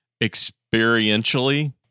experientially